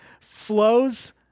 flows